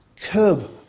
curb